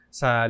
sa